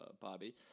Bobby